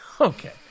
Okay